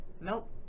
nope